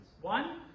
one